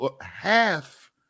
half